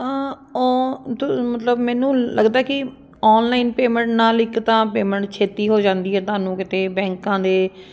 ਮਤਲਬ ਮੈਨੂੰ ਲੱਗਦਾ ਕਿ ਆਨਲਾਈਨ ਪੇਮੈਂਟ ਨਾਲ ਇੱਕ ਤਾਂ ਪੇਮੈਂਟ ਛੇਤੀ ਹੋ ਜਾਂਦੀ ਹੈ ਤੁਹਾਨੂੰ ਕਿਤੇ ਬੈਂਕਾਂ ਦੇ